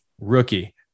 rookie